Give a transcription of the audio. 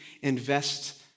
invest